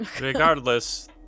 Regardless